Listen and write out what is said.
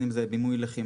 בין אם זה בימוי לחימה,